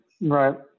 Right